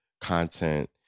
content